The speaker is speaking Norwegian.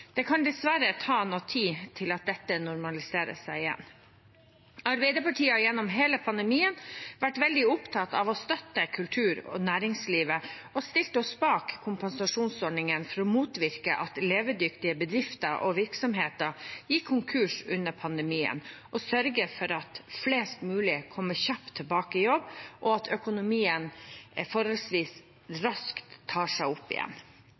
Det kan dessverre ta noe tid før dette normaliserer seg igjen. Arbeiderpartiet har gjennom hele pandemien vært veldig opptatt av å støtte kultur- og næringslivet og stilt oss bak kompensasjonsordningene for å motvirke at levedyktige bedrifter og virksomheter skulle gå konkurs under pandemien, og sørge for at flest mulig kommer kjapt tilbake i jobb, og at økonomien forholdsvis raskt tar seg opp igjen.